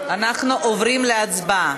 אנחנו עוברים להצבעה.